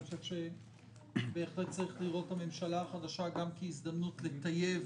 אני חושב שבהחלט צריך לראות את הממשלה החדשה גם כהזדמנות לטייב